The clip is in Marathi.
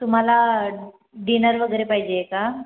तुम्हाला डिनर वगैरे पाहिजे आहे का